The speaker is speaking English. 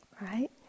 right